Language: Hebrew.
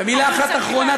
ומילה אחת אחרונה,